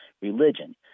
religion